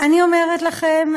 אני אומרת לכם,